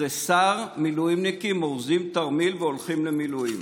תריסר מילואימניקים אורזים תרמיל והולכים למילואים,